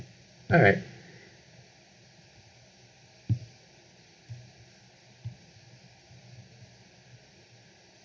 alright